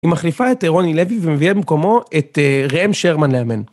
היא מחליפה את רוני לוי ומביאה במקומו את ראם שרמן לאמן.